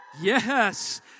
Yes